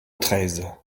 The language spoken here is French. treize